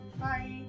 Bye